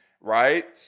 Right